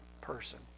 person